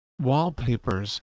wallpapers